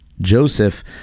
Joseph